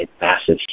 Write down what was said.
massive